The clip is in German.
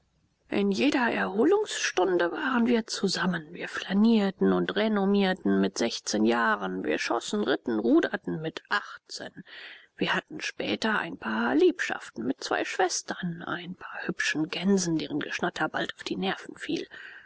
in jeder erholungsstunde waren wir zusammen wir flanierten und renommierten mit sechzehn jahren wir schossen ritten ruderten mit achtzehn wir hatten später ein paar liebschaften mit zwei schwestern ein paar hübschen gänsen deren geschnatter bald auf die nerven fiel